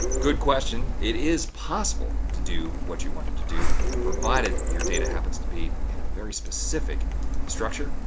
good question. it is possible to do what you wanted to do provided your data happens to be in a very specific structure